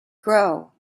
grow